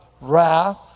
wrath